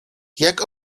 jak